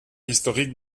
historique